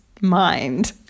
mind